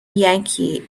yankee